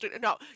No